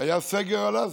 היה סגר על עזה.